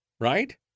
Right